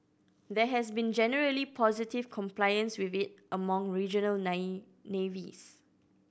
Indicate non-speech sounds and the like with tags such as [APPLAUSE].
there has been generally positive compliance with it among regional [UNINTELLIGIBLE] navies